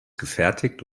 gefertigt